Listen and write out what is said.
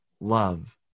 love